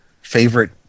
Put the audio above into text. favorite